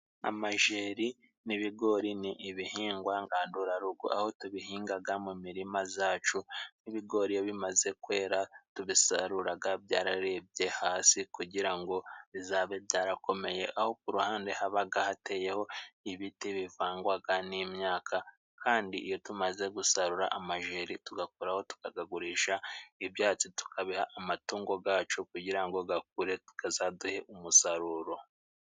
Amajeri n'ibigori ni ibihingwa ngandurarugo aho tubihingaga mu mirima zacu nk'ibigori bimaze kwera tubisaruraga byararebye hasi kugira ngo bizabe byarakomeye aho ku ruhande habaga hateyeho ibiti bivangwaga n'imyaka kandi iyo tumaze gusarura amajeri tugakoraho tukagagurisha ibyatsi tukabiha amatungo gacu kugira ngo gakure kazaduhe umusaruro.